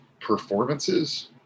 performances